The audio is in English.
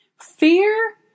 Fear